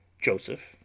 Joseph